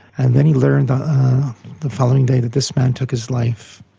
and then he learned the the following day that this man took his life.